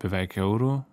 beveik euru